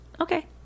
Okay